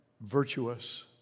virtuous